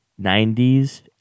90s